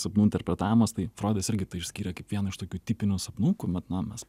sapnų interpretavimas tai froidas irgi tai išskyrė kaip vieną iš tokių tipinių sapnų kuomet na mes